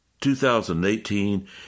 2018